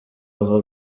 ava